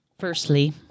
Firstly